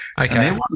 Okay